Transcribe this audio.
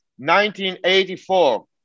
1984